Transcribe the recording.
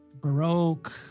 Baroque